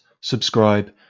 subscribe